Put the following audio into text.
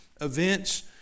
events